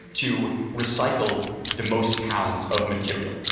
to recycle the most pounds of material,